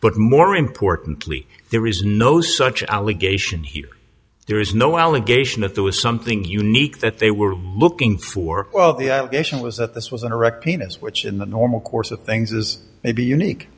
but more importantly there is no such allegation here there is no allegation that there was something unique that they were looking for well the allegation was that this was an erect penis which in the normal course of things is maybe unique